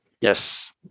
Yes